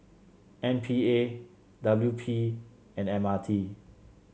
M P A W P and M R T